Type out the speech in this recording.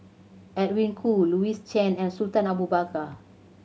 Edwin Koo Louis Chen and Sultan Abu Bakar